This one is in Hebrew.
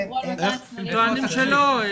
הם טוענים שלא.